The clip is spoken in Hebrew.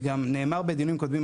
וגם נאמר בדיונים קודמים,